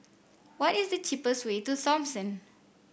what is the cheapest way to Thomson